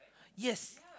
yes